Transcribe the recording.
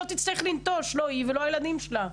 לא היא ולא ילדיה יצטרכו לנטוש.